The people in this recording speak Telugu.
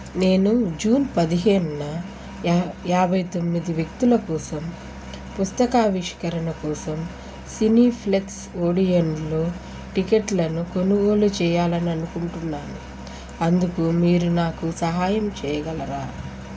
నేను జూన్ పదిహేనున యా యాభై తొమ్మిది వ్యక్తుల కోసం పుస్తక ఆవిష్కరణ కోసం సినీప్లెక్స్ ఓడియన్లో టిక్కెట్లను కొనుగోలు చేయాలని అనుకుంటున్నాను అందుకు మీరు నాకు సహాయం చేయగలరా